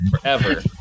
forever